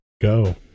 go